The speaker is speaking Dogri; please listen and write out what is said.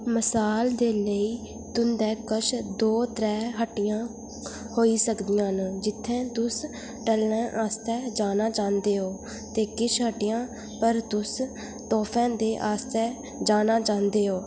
मसाल दे लेई तुं'दे कश दो त्रै हट्टियां होई सकदियां न जित्थै तुस टल्लैं आस्तै जाना चांह्दे ओ ते किश हट्टियें पर तुस तोह्फें दे आस्सै जाना चांह्दे ओ